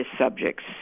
subjects